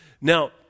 Now